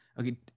okay